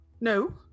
No